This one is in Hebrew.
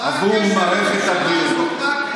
מה הקשר לממשלה הזאת?